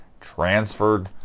transferred